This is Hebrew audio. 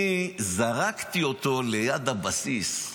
אני זרקתי אותו ליד הבסיס.